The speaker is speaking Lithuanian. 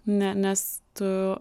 ne nes tu